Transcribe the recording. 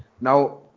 now